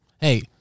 hey